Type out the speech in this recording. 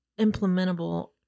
implementable